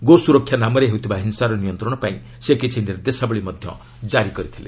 ଗୋ ସୁରକ୍ଷା ନାମରେ ହେଉଥିବା ହିଂସାର ନିୟନ୍ତ୍ରଣ ପାଇଁ ସେ କିଛି ନିର୍ଦ୍ଦେଶାବଳୀ ମଧ୍ୟ ଜାରି କରିଥିଲେ